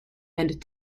and